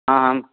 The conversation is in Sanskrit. आ आम्